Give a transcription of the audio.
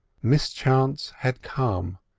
mischance had come,